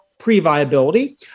pre-viability